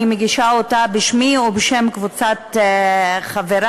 אני מגישה אותה בשמי ובשם קבוצת חברי,